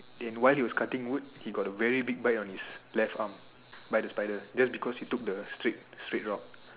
and while he was cutting wood he got a very big bite on his left arm by the spider just because he took the straight straight route